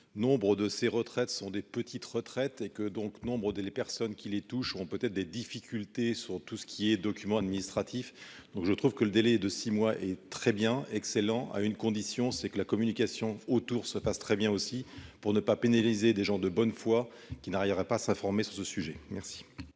nombre de ces retraites sont des petites retraites et que donc, nombre des les personnes qui les seront peut-être des difficultés sur tout ce qui est documents administratifs, donc je trouve que le délai de 6 mois et très bien excellent, à une condition, c'est que la communication autour, se passe très bien aussi pour ne pas pénaliser des gens de bonne foi qui n'arrivera pas à s'informer sur ce sujet, merci.